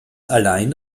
allein